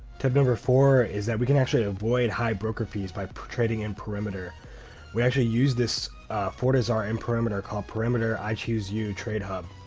tip number four is that we can actually avoid high broker fees by trading in perimeter we actually use this fortizar in perimeter called perimeter i choose you trade hub.